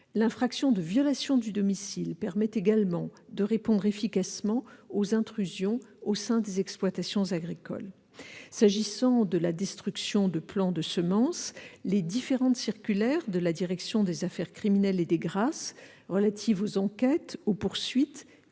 L'infraction de violation de domicile permet également de répondre efficacement aux intrusions au sein des exploitations agricoles. S'agissant de la destruction de plants de semences, les différentes circulaires de la direction des affaires criminelles et des grâces relatives aux enquêtes, aux poursuites